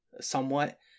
somewhat